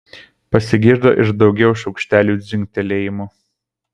pasigirdo ir daugiau šaukštelių dzingtelėjimų